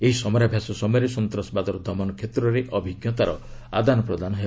ଏହି ସମରାଭ୍ୟାସ ସମୟରେ ସନ୍ତାସବାଦର ଦମନ କ୍ଷେତ୍ରରେ ଅଭିଜ୍ଞତାର ଆଦାନ ପ୍ରଦାନ ହେବ